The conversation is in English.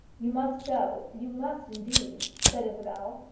you must go you must indeed, said isabel.